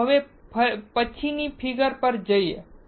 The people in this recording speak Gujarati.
ચાલો હવે પછીની ફિગર પર જઈએ